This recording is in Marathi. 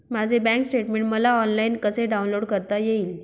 माझे बँक स्टेटमेन्ट मला ऑनलाईन कसे डाउनलोड करता येईल?